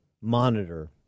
monitor